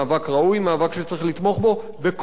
מאבק שצריך לתמוך בו בכל מפעל.